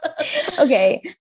okay